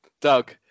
Doug